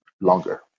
longer